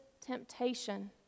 temptation